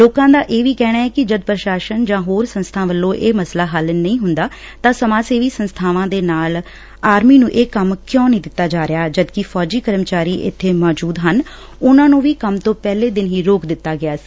ਲੋਕਾ ਦਾ ਇਹ ਵੀ ਕਹਿਣਾ ਏ ਕਿ ਜਦ ਪ੍ਰਸ਼ਾਸਨ ਜਾਂ ਹੋਰ ਸੰਸਬਾ ਵੱਲੋਂ ਇਹ ਮਸਲਾ ਹੱਲ ਨਹੀਂ ਹੂੰਦਾ ਡਾਂ ਸਮਾਜਸੇਵੀ ਸੰਸਬਾਵਾਂ ਦੇ ਨਾਲ ਆਰਮੀ ਨੂੰ ਇਹ ਕੰਮ ਕਿਉਂ ਨਹੀਂ ਦਿੱਤਾ ਜਾ ਰਿਹਾ ਜਦਕਿ ਫੌਜੀ ਕਰਮਚਾਰੀ ਇੱਬੇ ਮੌਜੁਦ ਨੇ ਜਿਨ੍ਹਾਂ ਨ੍ਹੰ ਕੰਮ ਤੋਂ ਪਹਿਲੇ ਦਿਨ ਹੀ ਰੋਕ ਦਿੱਤਾ ਗਿਆ ਸੀ